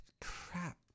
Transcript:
crap